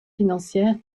financière